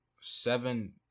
seven